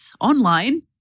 online